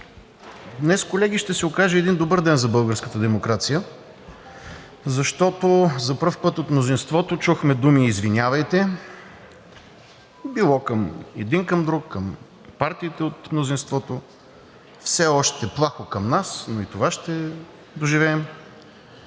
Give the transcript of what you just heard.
Днес, колеги, ще се окаже един добър ден за българската демокрация. Защото за първи път от мнозинството чухме думи „извинявайте“ – било един към друг, към партиите от мнозинството, все още плахо към нас, но и това ще доживеем.